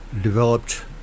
developed